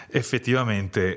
effettivamente